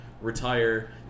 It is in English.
retire